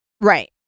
Right